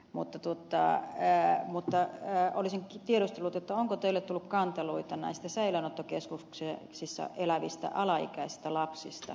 keskittyy ehkä enemmän näihin vankeusasioihin olisin tiedustellut onko teille tullut kanteluita näistä säilöönottokeskuksissa elävistä alaikäisistä lapsista